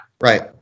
Right